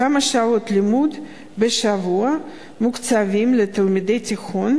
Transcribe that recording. כמה שעות בשבוע מוקצבים לתלמידי תיכון